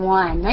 one